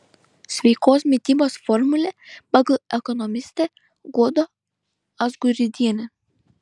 sveikos mitybos formulė pagal ekonomistę guodą azguridienę